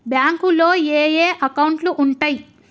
బ్యాంకులో ఏయే అకౌంట్లు ఉంటయ్?